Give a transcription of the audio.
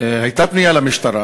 הייתה פנייה למשטרה